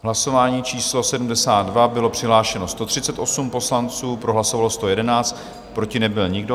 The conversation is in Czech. Hlasování číslo 72, bylo přihlášeno 138 poslanců, pro hlasovalo 111, proti nebyl nikdo.